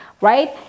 right